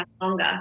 longer